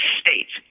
states